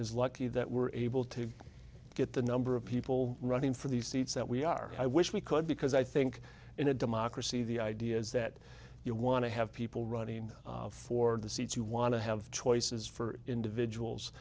is lucky that we were able to get the number of people running for these seats that we are i wish we could because i think in a democracy the idea is that you want to have people running for the seats you want to have choices for individuals